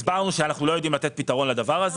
והסברנו שאנחנו לא יודעים לתת פתרון לדבר הזה.